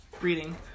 reading